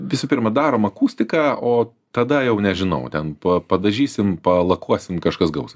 visų pirma darom akustiką o tada jau nežinau ten pa padažysim palakuosim kažkas gaus